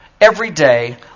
everyday